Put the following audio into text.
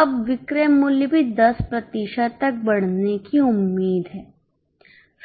अब विक्रय मूल्य भी 10 प्रतिशत तक बढ़ने की उम्मीद है